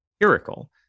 empirical